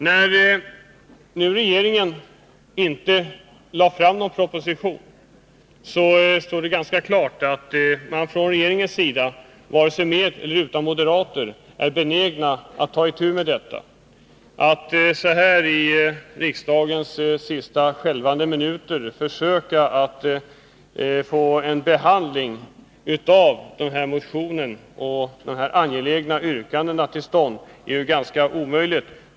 När regeringen nu inte lade fram någon proposition, står det ganska klart att regeringen vare sig med eller utan moderater inte är benägen att ta itu med denna fråga. Att så här i riksdagens sista skälvande minut försöka få till stånd en behandling av denna motion och dess angelägna förslag är ganska omöjligt.